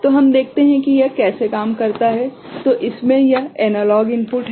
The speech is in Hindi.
तो हम देखते हैं कि यह कैसे काम करता है तो इसमें यह एनालॉग इनपुट है